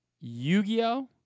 Yu-Gi-Oh